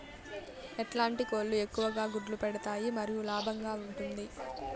ఎట్లాంటి కోళ్ళు ఎక్కువగా గుడ్లు పెడతాయి మరియు లాభంగా ఉంటుంది?